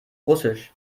russisch